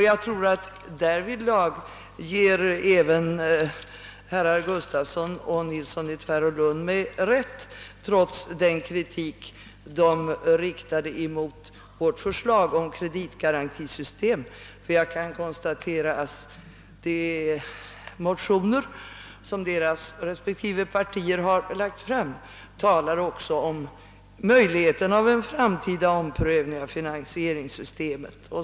Jag tror att därvidlag ger mig även herrar Gustafsson i Skellefteå och Nilsson i Tvärålund rätt, trots den kritik de riktat mot vårt förslag om kreditgarantisystemet. Jag kan konstatera att de motioner som deras respektive partier har väckt också talar om möjligheten av en framtida omprövning av finansieringssystemet.